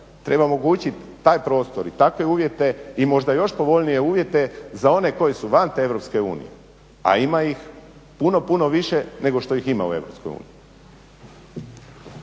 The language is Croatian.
treba omogućiti taj prostor i takve uvjete i možda još povoljnije uvjete za one koji su van te EU, a ima ih puno, puno više nego što ih ima u EU.